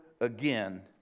again